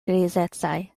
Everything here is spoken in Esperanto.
grizecaj